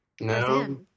No